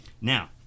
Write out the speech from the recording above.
Now